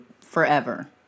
forever